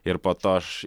ir po to aš